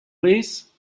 this